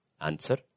Answer